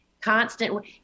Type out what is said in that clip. constant